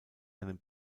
einem